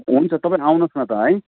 हुन्छ तपाईँहरू आउनुहोस् न त है